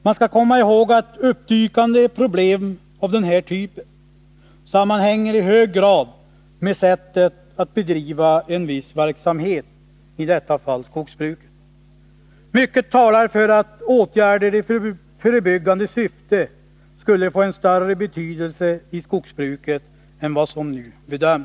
Man skall komma ihåg att uppdykande problem av den här typen i hög grad sammanhänger med sättet att bedriva verksamheten, i detta fall skogsbruket. Mycket talar för att åtgärder i förebyggande syfte skulle få en större betydelse i skogsbruket än vad man nu bedömer.